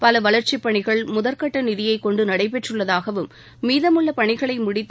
பல வளர்ச்சிப் பணிகள் முதற்கட்ட நிதியை கொண்டு நடைபெற்றுள்ளதாகவும் மீதமுள்ள பணிகளை முடித்து